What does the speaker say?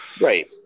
right